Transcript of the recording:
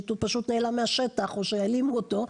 הוא פשוט נעלם מהשטח או שהעלימו אותו,